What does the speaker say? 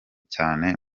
cyane